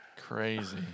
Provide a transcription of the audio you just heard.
Crazy